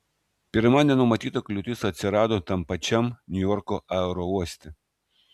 pirma nenumatyta kliūtis atsirado tam pačiam niujorko aerouoste